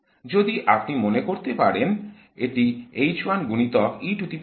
যদি আপনি মনে করতে পারেন এটি H 1 গুণিতক